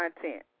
content